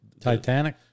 Titanic